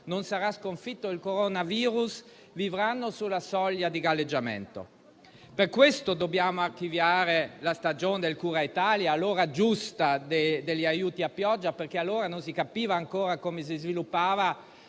non sarà sconfitto il coronavirus, vivranno sulla soglia di galleggiamento. Per questo dobbiamo archiviare la stagione del cura Italia, l'ora giusta degli aiuti a pioggia, perché allora non si capiva ancora come si sarebbero